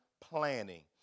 planning